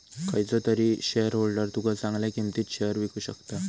खयचो तरी शेयरहोल्डर तुका चांगल्या किंमतीत शेयर विकु शकता